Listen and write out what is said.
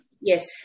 Yes